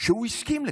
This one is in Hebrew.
שהוא הסכים לכך.